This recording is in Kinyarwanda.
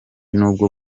n’ubwo